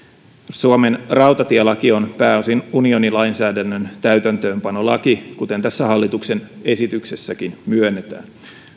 suomen rautatielaki on pääosin unionilainsäädännön täytäntöönpanolaki kuten tässä hallituksen esityksessäkin myönnetään